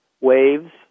waves